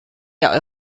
der